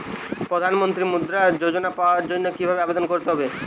প্রধান মন্ত্রী মুদ্রা যোজনা পাওয়ার জন্য কিভাবে আবেদন করতে হবে?